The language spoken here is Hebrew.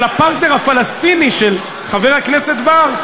אבל הפרטנר הפלסטיני של חבר הכנסת בר,